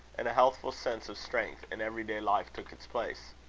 and a healthful sense of strength and every-day life took its place.